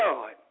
God